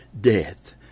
death